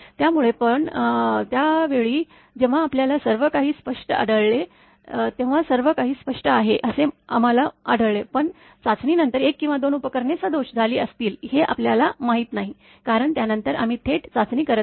त्यामुळे पण त्यावेळी जेव्हा आपल्याला सर्व काही स्पष्ट आढळले तेव्हा सर्व काही स्पष्ट आहे असे आम्हाला आढळले पण चाचणी नंतर १ किंवा २ उपकरणे सदोष झाली असतील हे आपल्याला माहीत नाही कारण त्यानंतर आम्ही थेट चाचणी करत नाही